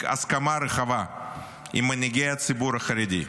הסכמה רחבה עם מנהיגי הציבור החרדי.